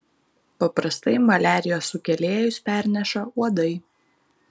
paprastai maliarijos sukėlėjus perneša uodai